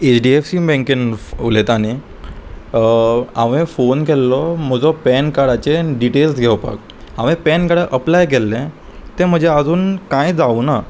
HDFC बँकेन उलयता न्ही हांवें फोन केल्लो म्हजो पॅन कार्डाचे डिटेल्स घेवपाक हांंवें पॅन कार्ड अप्लाय केल्लें तें म्हजें आजून कांय जावूं ना